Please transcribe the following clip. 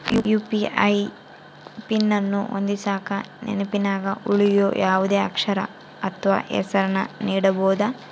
UPI pin ಅನ್ನು ಹೊಂದಿಸಕ ನೆನಪಿನಗ ಉಳಿಯೋ ಯಾವುದೇ ಅಕ್ಷರ ಅಥ್ವ ಹೆಸರನ್ನ ನೀಡಬೋದು